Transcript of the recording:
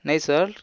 नाही सर